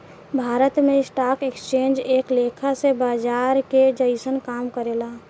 भारत में stock exchange एक लेखा से बाजार के जइसन काम करेला